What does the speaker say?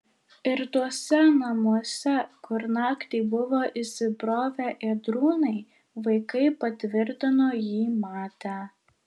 ir tuose namuose kur naktį buvo įsibrovę ėdrūnai vaikai patvirtino jį matę